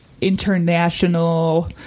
international